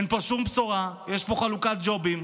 אין פה שום בשורה, יש פה חלוקת ג'ובים.